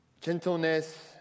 Gentleness